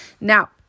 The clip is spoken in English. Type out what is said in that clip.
now